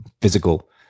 physical